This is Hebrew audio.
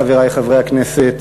חברי חברי הכנסת,